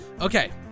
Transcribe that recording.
Okay